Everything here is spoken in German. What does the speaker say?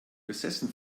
besessen